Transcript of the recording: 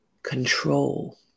control